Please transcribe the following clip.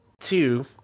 Two